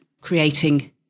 creating